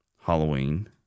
Halloween